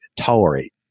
tolerate